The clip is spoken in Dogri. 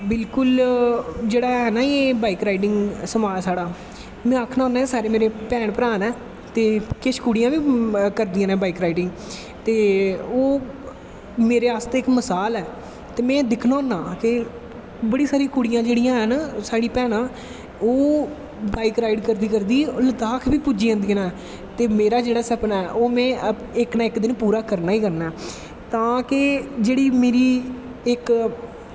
बिल्कुल जेह्ड़ा ऐ ना बाईक राईडिंग समाज साढ़ा में आक्खनां होना सारे मेरे भैंन भ्राह् नै किश कुड़ियां बी करदियां नै बाईक राईडिंग ते ओह् मेरे आस्ते इक मसाल ऐ ते में दिक्खनां हेनां बड़ी सारी कुड़ियां हैन न साढ़ी भैनां ओह् बाईक राईड़ करदैं करदैं लद्दाख बी पुज्जी जंदियां नै ते मेरा जेह्ड़ा सपनां ऐ ओह् में इक ना इक दिन पूरा करनां ई करनां ऐं ताकि जेह्ड़ी मेरी इक